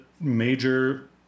major